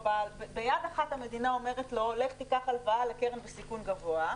ביד אחת המדינה אומרת לו: לך תיקח הלוואה לקרן בסיכון גבוה,